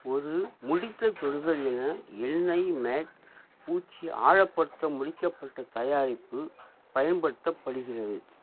ஒரு முடித்த தொடுதல் என எண்ணெய் மேட் பூச்சி ஆழப்படுத்த முடிக்கப்பட்ட தயாரிப்பு பயன்படுத்தப்படுகிறது